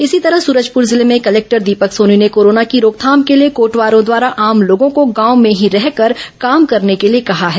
इसी तरह सूरजपुर जिले में कलेक्टर दीपक सोनी ने कोरोना की रोकथाम के लिए कोटवारों द्वारा आम लोगों को गांव में ही रहकर काम करने के लिए कहा है